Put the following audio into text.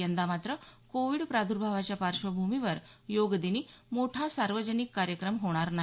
यंदा मात्र कोविड प्रादर्भावाच्या पार्श्वभूमीवर योगदिनी मोठा सार्वजनिक कार्यक्रम होणार नाही